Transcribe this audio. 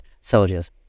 soldiers